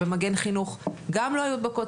ובמגן חינוך גם לא היו הדבקות,